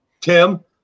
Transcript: Tim